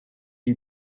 die